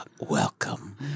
Welcome